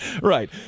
right